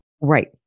Right